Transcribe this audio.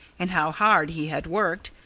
and how hard he had worked,